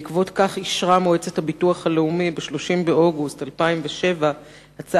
בעקבות כך אישרה מועצת הביטוח הלאומי ב-30 באוגוסט 2007 הצעה